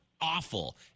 awful